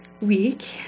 week